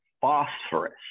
phosphorus